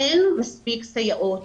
אין מספיק סייעות,